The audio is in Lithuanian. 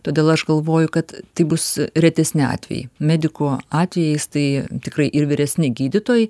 todėl aš galvoju kad tai bus retesni atvejai medikų atvejais tai tikrai ir vyresni gydytojai